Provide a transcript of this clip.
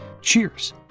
Cheers